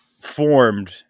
formed